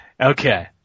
Okay